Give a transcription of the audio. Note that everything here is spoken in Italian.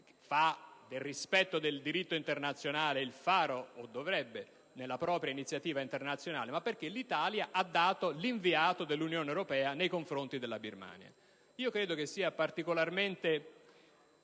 fa del rispetto del diritto internazionale il faro (o dovrebbe) della propria iniziativa internazionale, ma perché l'Italia ha dato l'inviato speciale dell'Unione europea per la Birmania. Io credo sia particolarmente